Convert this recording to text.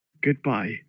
Goodbye